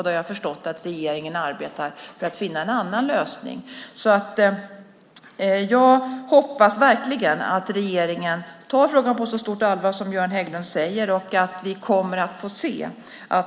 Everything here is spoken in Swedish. Jag har förstått att regeringen arbetar för att finna en annan lösning. Jag hoppas verkligen att regeringen tar frågan på så stort allvar som Göran Hägglund säger.